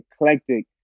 eclectic